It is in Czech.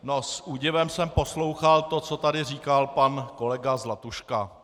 No, s údivem jsem poslouchal to, co tady říkal pan kolega Zlatuška.